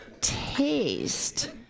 taste